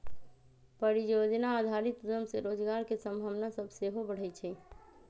परिजोजना आधारित उद्यम से रोजगार के संभावना सभ सेहो बढ़इ छइ